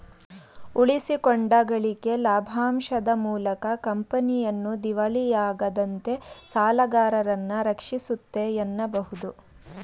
ಉಳಿಸಿಕೊಂಡ ಗಳಿಕೆ ಲಾಭಾಂಶದ ಮೂಲಕ ಕಂಪನಿಯನ್ನ ದಿವಾಳಿಯಾಗದಂತೆ ಸಾಲಗಾರರನ್ನ ರಕ್ಷಿಸುತ್ತೆ ಎನ್ನಬಹುದು